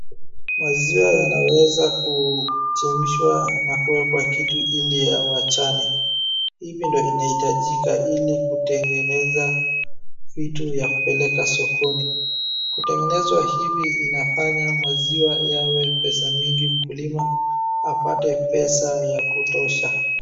Maziwa yanaweza kuchemshwa na kuwekwa kitu ili yawachane. Hivi ndo inahitajika ili kutengeneza vitu ya kupeleka sokoni. Kutengenezwa hivi inafanya maziwa yawe pesa mingi mkulima apate pesa ya kutosha.